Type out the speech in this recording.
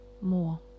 more